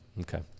okay